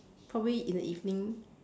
probably in the evening